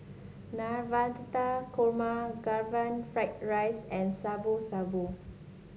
Navratan Korma Karaage Fried Rice and Shabu Shabu